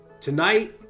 tonight